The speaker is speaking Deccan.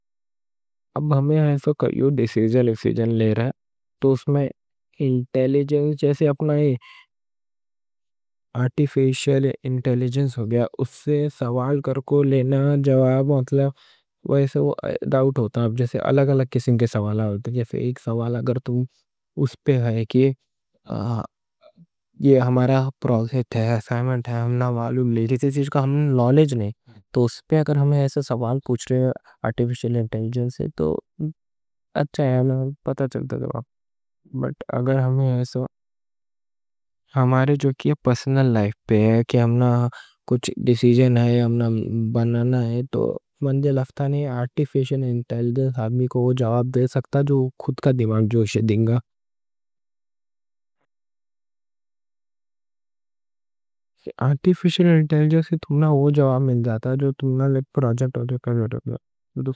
اب ہم ایسا کئی ڈیسیجن لے رہے۔ تو اس میں انٹیلیجنس، جیسے اپنا آرٹی فیشل انٹیلیجنس ہو گیا۔ اس سے سوال کرکو جواب لینا، وہ ایسا ڈاؤٹ ہوتا۔ جیسے الگ الگ کسی کے سوالات ہوتے۔ ایک سوال اگر اس پہ ہے کہ یہ ہمارا پروجیکٹ ہے، اسائنمنٹ ہے، اسی چیز کا ہم نالوج نہیں۔ تو اس پہ اگر ہم ایسا سوال پوچھ رہے، آرٹی فیشل انٹیلیجنس سے، تو اچھا ہے، پتہ چلتا جواب۔ اگر ایسا ہمارے پرسنل لائف پہ ہے کہ ہمنا کچھ ڈیسیجن ہے، ہمنا بنانا ہے، تو مندی لفتہ نہیں، آرٹی فیشل انٹیلیجنس ہمیں کو جواب دے سکتا، جو خود کا دماغ جوشے دے گا۔ آرٹی فیشل انٹیلیجنس سے تمہیں وہ جواب مل جاتا ہے، جو تمہیں لیٹ پروجیکٹ ہو، جو کرو، جو جو جو۔